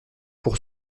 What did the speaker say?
pour